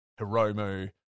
Hiromu